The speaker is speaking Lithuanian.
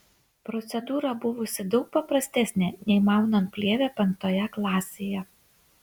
procedūra buvusi daug paprastesnė nei maunant plėvę penktoje klasėje